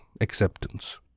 acceptance